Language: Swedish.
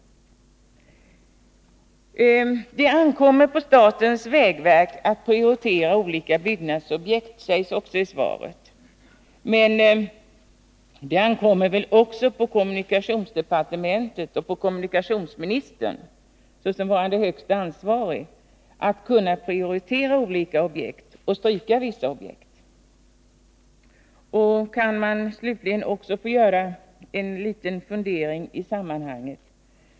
Det sägs också i svaret att det ankommer på statens vägverk att prioritera olika byggnadsobjekt. Men det ankommer väl också på kommunikationsdepartementet och kommunikationsministern, såsom varande den högste ansvarige, att prioritera vissa objekt och stryka andra sådana. Låt mig också få ställa en liten avslutande fråga i sammanhanget.